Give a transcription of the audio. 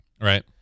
Right